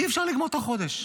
אי-אפשר לגמור את החודש.